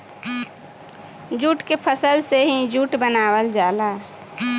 jute के फसल से ही जूट बनावल जाला